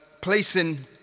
placing